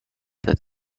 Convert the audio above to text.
that